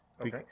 Okay